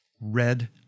red